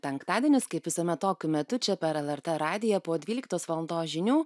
penktadienis kaip visuomet tokiu metu čia per lrt radiją po dvyliktos valandos žinių